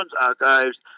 archives